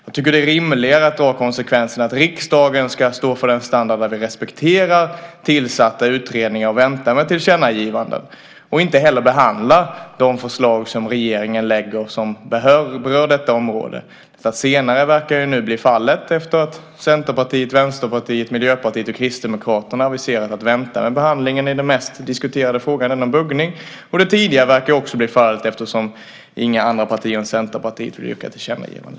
Jag tycker att det är rimligare att dra konsekvensen att riksdagen ska stå för en standard där vi respekterar tillsatta utredningar, väntar med tillkännagivanden och inte behandlar de förslag som regeringen lägger fram som berör detta område. Det senare verkar nu bli fallet efter att Centerpartiet, Vänsterpartiet, Miljöpartiet och Kristdemokraterna har aviserat att vi vill vänta med behandlingen av den mest diskuterade frågan, den om buggning. Det förra verkar också bli fallet eftersom inga andra partier än Centerpartiet vill yrka på ett tillkännagivande.